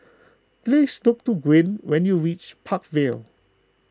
please look to Gwyn when you reach Park Vale